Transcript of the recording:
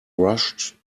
rushed